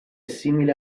simile